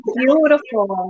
beautiful